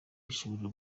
gishobora